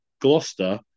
Gloucester